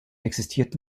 existiert